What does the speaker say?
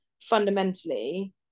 fundamentally